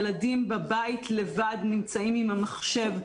ילדים בבית לבד נמצאים עם המחשב,